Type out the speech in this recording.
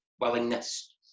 willingness